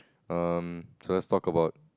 mm so let's talk about